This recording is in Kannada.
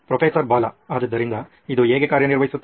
ಪ್ರೊಫೆಸರ್ ಬಾಲಾ ಆದ್ದರಿಂದ ಇದು ಹೇಗೆ ಕಾರ್ಯನಿರ್ವಹಿಸುತ್ತದೆ